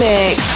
Mix